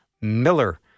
Miller